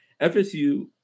FSU